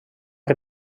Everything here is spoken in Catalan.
que